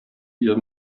ihr